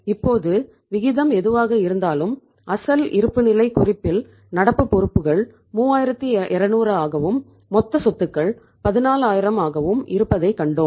இப்போது விகிதம் எதுவாக இருந்தாலும் அசல் இருப்புநிலைக் குறிப்பில் நடப்பு பொறுப்புகள் 3200 ஆகவும் மொத்த சொத்துக்கள் 14000 ஆகவும் இருப்பதைக் கண்டோம்